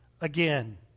again